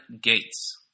gates